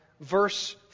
verse